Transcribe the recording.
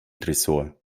tresor